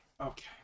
Okay